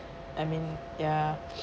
I mean ya